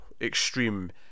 extreme